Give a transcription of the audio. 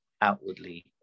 outwardly